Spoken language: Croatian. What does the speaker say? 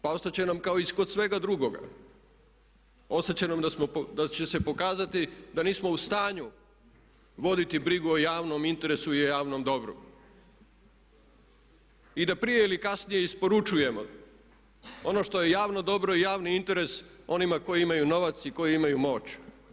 Pa ostat će nam kao i kod svega drugoga, ostat će nam da će se pokazati da nismo u stanju voditi brigu o javnom interesu i javnom dobru i da prije ili kasnije isporučujemo ono što je javno dobro i javni interes onima koji imaju novac i koji imaju moć.